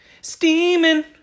Steaming